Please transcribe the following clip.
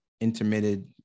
intermittent